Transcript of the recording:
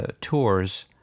tours